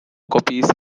copies